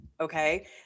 Okay